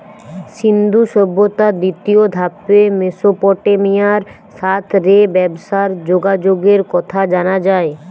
সিন্ধু সভ্যতার দ্বিতীয় ধাপে মেসোপটেমিয়ার সাথ রে ব্যবসার যোগাযোগের কথা জানা যায়